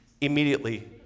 Immediately